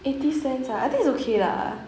eighty cents ah I think is okay lah